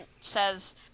says